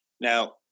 Now